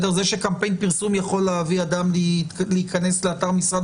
זה שקמפיין פרסום יכול להביא אדם להיכנס לאתר משרד